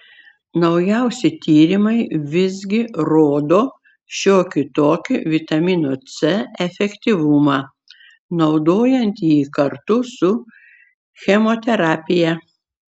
nauji tyrimai visgi rodo šiokį tokį vitamino c efektyvumą naudojant jį kartu su chemoterapija